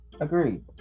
Agreed